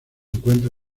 encuentra